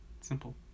Simple